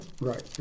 Right